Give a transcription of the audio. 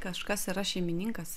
kažkas yra šeimininkas